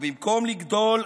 ובמקום לגדול,